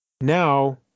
Now